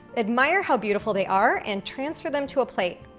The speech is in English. admire how beautiful they are, and transfer them to a plate.